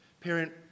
Parent